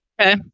okay